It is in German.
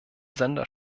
sender